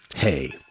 Hey